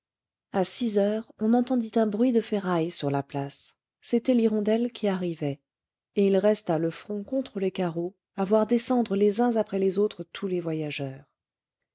à six heures on entendit un bruit de ferraille sur la place c'était l'hirondelle qui arrivait et il resta le front contre les carreaux à voir descendre les uns après les autres tous les voyageurs